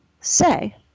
say